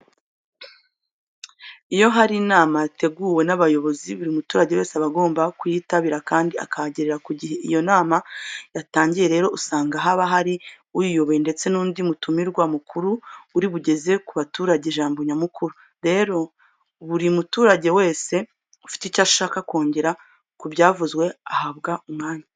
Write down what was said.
Iyo hari inama yateguwe n'abayobozi, buri muturage wese aba agomba kuyitabira kandi akahagerera ku gihe. Iyo inama yatangiye rero usanga haba hari uyiyoboye ndetse n'undi mutumirwa mukuru uri bugeze ku baturage ijambo nyamukuru. Rero, buri muturage wese ufite icyo ashaka kongera ku byavuzwe ahabwa umwanya.